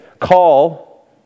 call